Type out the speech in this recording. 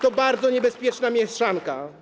To bardzo niebezpieczna mieszanka.